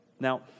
Now